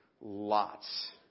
lots